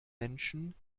menschen